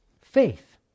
faith